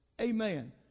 Amen